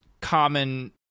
common